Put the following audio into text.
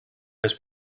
this